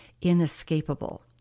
inescapable